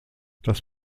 das